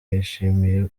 yishimiye